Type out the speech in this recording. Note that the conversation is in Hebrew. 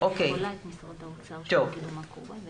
אני